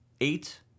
eight